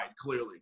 clearly